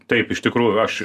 taip iš tikrųjų aš